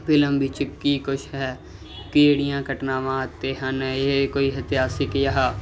film ਵਿੱਚ ਕੀ ਕੁਛ ਹੈ ਕਿਹੜੀਆਂ ਘਟਨਾਵਾਂ ਅਤੇ ਹਨ ਇਹ ਕੋਈ ਇਤਿਹਾਸਿਕ ਜਾਂ